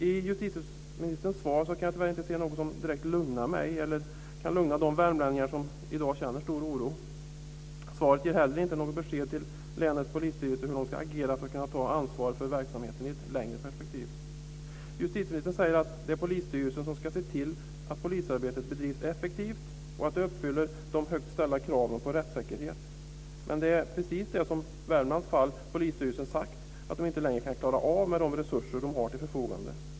I justitieministerns svar kan jag tyvärr inte se något som direkt lugnar mig eller kan lugna de värmlänningar som i dag känner stor oro. Svaret ger inte heller något besked till länets polisstyrelse hur den ska agera för att kunna ta ansvar för verksamheten i ett längre perspektiv. Justitieministern säger att det är polisstyrelsen som ska se till att polisarbetet bedrivs effektivt och att det uppfyller de högt ställda kraven på rättssäkerhet. Men det är precis det som polisstyrelsen i Värmland sagt att man inte längre kan klara av med de resurser som man har till förfogande.